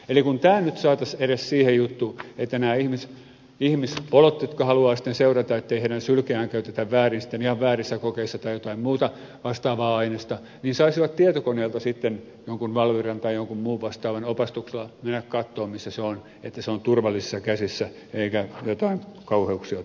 eli kun tämä nyt saataisiin edes siihen juttuun että nämä ihmispolot jotka haluavat sitten seurata ettei heidän sylkeään käytetä väärin tai ihan väärissä kokeissa tai jotain muuta vastaavaa ainesta saisivat tietokoneelta sitten valviran tai jonkun muun vastaavan opastuksella mennä katsomaan missä se on että se on turvallisissa käsissä eikä jotain kauheuksia tapahdu